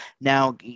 Now –